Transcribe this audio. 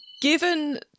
given